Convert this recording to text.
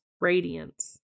radiance